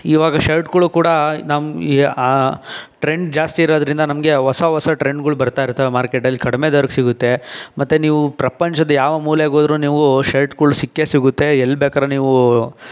ಈಗ ಶರ್ಟ್ಗಳು ಕೂಡ ನಮ್ಮ ಇ ಟ್ರೆಂಡ್ ಜಾಸ್ತಿ ಇರೋದ್ರಿಂದ ನಮಗೆ ಹೊಸ ಹೊಸ ಟ್ರೆಂಡ್ಗಳು ಬರ್ತಾ ಇರ್ತವೆ ಮಾರ್ಕೆಟಲ್ಲಿ ಕಡಿಮೆ ದರಕ್ಕೆ ಸಿಗುತ್ತೆ ಮತ್ತೆ ನೀವು ಪ್ರಪಂಚದ ಯಾವ ಮೂಲೆಗೆ ಹೋದರೂ ನೀವು ಶರ್ಟ್ಗಳು ಸಿಕ್ಕೇ ಸಿಗುತ್ತೆ ಎಲ್ಲಿ ಬೇಕಾದ್ರೂ ನೀವು